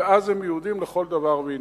ואז הם יהודים לכל דבר ועניין,